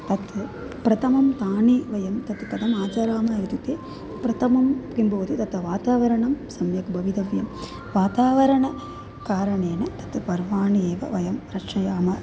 तत् प्रथमं तानि वयं तत् कथम् आचरामः इत्युक्ते प्रथमं किं भवति तत् वातावरणं सम्यक् भवितव्यं वातावरणस्य कारणेन तानि पर्वाणि एव वयं रचयामः